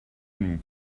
nous